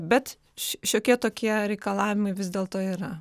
bet šiokie tokie reikalavimai vis dėlto yra